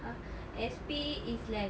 !huh! S_P is like